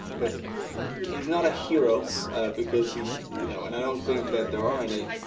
but he's not a hero because he, you know, and i don't think that there are any,